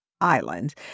Island